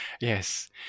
Yes